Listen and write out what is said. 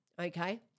okay